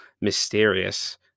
mysterious